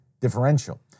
differential